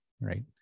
right